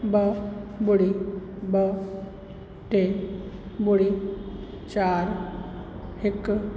ॿ ॿुड़ी ॿ टे ॿुड़ी चारि हिकु